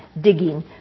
digging